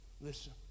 Listen